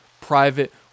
Private